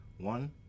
One